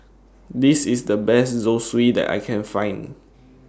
This IS The Best Zosui that I Can Find